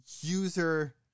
user